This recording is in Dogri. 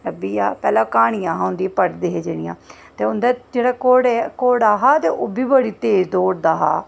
लब्भी आ पैह्लें क्हानियां हां उं'दिया पढ़दे हे जेह्ड़ियां ते उं'दे जेह्ड़ा घोड़ा हा ते ओह् बी बड़ी तेज़ दौड़दा हा